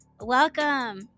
Welcome